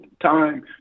time